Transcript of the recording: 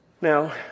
Now